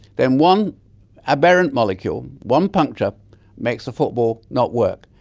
then one aberrant molecule, one puncture makes the football not work.